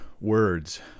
words